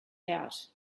out